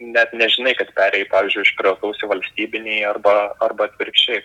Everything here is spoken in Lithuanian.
net nežinai kad perėjai pavyzdžiui iš privataus į valstybinį arba arba atvirkščiai